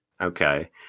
Okay